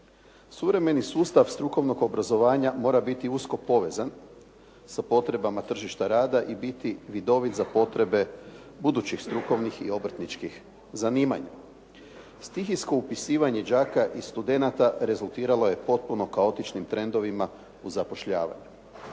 Suvremeni sustav strukovnog obrazovanja mora biti usko povezan sa potrebama tržišta rada i biti vidovit za potrebe budućih strukovnih i obrtničkih zanimanja. Stihijsko upisivanje đaka i studenata rezultiralo je potpuno kaotičnim trendovima u zapošljavanju.